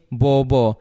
bobo